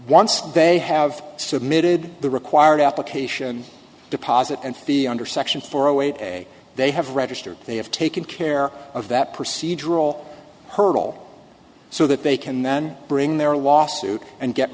once they have submitted the required application deposit and fee under section four a way they have registered they have taken care of that procedural hurdle so that they can then bring their lawsuit and get